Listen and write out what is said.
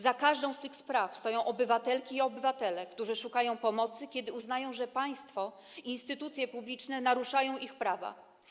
Za każdą z tych spraw stoją obywatelki i obywatele, którzy szukają pomocy, kiedy uznają, że państwo i instytucje publiczne naruszają ich prawa.